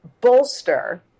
bolster